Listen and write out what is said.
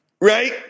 right